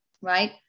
right